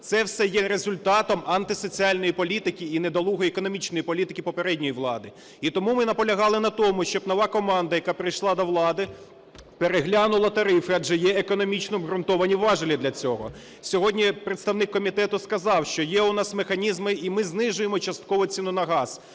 Це все є результатом антисоціальної політики і недолугої економічної політики попередньої влади, і тому ми наполягали на тому, щоб нова команда, яка прийшла до влади, переглянула тарифи, адже є економічно обґрунтовані важелі для цього. Сьогодні представник комітету сказав, що є у нас механізми, і ми знижуємо частково ціну на газ,